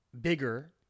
bigger